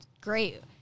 great